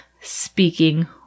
speaking